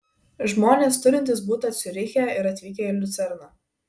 žmonės turintys butą ciuriche ir atvykę į liucerną